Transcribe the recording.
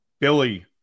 Billy